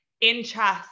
interest